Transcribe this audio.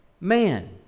man